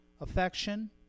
affection